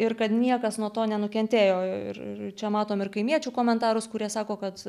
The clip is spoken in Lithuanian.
ir kad niekas nuo to nenukentėjo ir čia matom ir kaimiečių komentarus kurie sako kad